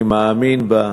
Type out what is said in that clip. אני מאמין בה.